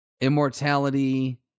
immortality